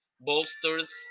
bolsters